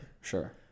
Sure